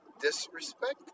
disrespect